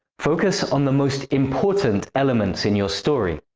focus on the most important elements in your story.